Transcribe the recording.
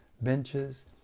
benches